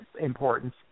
importance